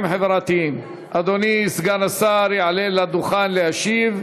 אדוני סגן השר יעלה לדוכן להשיב.